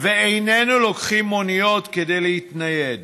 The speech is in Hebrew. ואיננו לוקחים מוניות כדי להתנייד